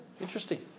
Interesting